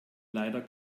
leider